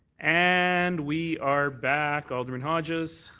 and we are back. alderman hodges?